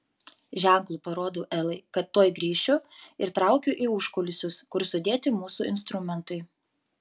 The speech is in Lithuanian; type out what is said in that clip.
ženklu parodau elai kad tuoj grįšiu ir traukiu į užkulisius kur sudėti mūsų instrumentai